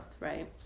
right